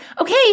okay